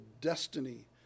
destiny